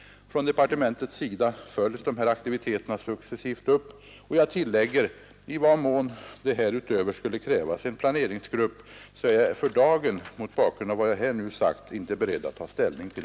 Från departementets sida följs de här aktiviteterna successivt upp. Och jag tillägger: I vad mån det härutöver skulle krävas en planeringsgrupp är jag för dagen, mot bakgrund av vad jag nu sagt, inte beredd att ta ställning till.